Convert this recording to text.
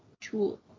tool